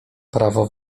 prawo